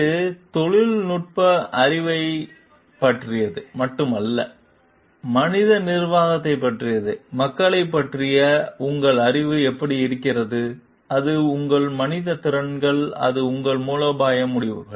இது தொழில்நுட்ப அறிவைப் பற்றியது மட்டுமல்ல மனித நிர்வாகத்தைப் பற்றியது மக்களைப் பற்றிய உங்கள் அறிவு எப்படி இருக்கிறது அது உங்கள் மனித திறன்கள் அது உங்கள் மூலோபாய முடிவுகள்